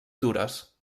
dures